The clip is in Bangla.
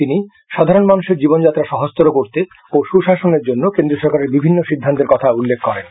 তিনি সাধারণ মানুষের জীবনযাত্রা সহজতর করতে ও সুশাসনের জন্য কেন্দ্রীয় সরকারের বিভিন্ন সিদ্ধান্তের কথা উল্লেখ করেন